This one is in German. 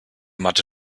mathe